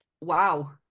Wow